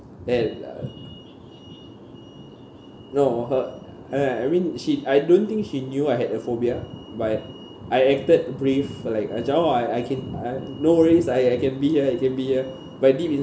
there uh no her uh I mean she I don't think she knew I had a phobia but I acted brief like uh ah I can uh no worries I I can be here I can be here but deep